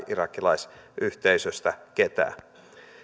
irakilaisyhteisöstä ketään